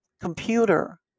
computer